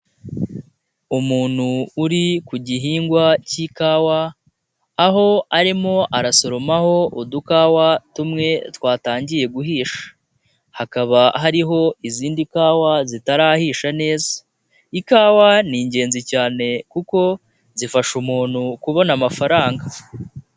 Umuntu uri ku gihingwa cy'ikawa, aho arimo arasoromaho udukawa tumwe twatangiye guhisha, hakaba hariho izindi kawa zitarahisha neza, ikawa ni ingenzi cyane kuko zifasha umuntu kubona amafaranga.